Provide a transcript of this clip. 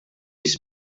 esse